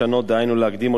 דהיינו להקדים או לדחות,